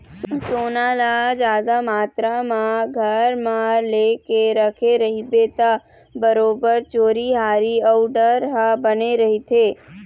सोना ल जादा मातरा म घर म लेके रखे रहिबे ता बरोबर चोरी हारी अउ डर ह बने रहिथे